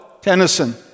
Tennyson